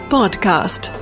Podcast